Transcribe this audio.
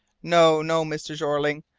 no, no, mr. jeorling,